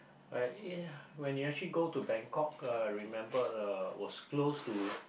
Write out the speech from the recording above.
like ya when you actually go to Bangkok I remember uh was close to